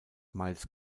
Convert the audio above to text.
miles